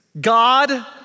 God